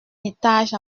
étage